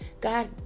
God